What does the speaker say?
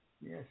Yes